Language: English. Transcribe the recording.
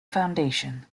foundation